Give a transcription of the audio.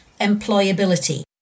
employability